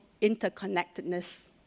interconnectedness